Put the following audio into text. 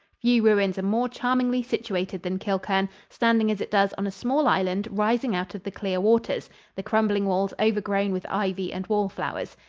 few ruins are more charmingly situated than kilchurn, standing as it does on a small island rising out of the clear waters the crumbling walls overgrown with ivy and wall-flowers.